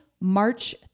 March